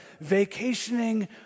vacationing